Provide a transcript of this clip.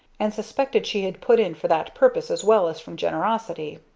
and suspected she had put in for that purpose as well as from generosity.